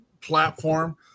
platform